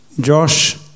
Josh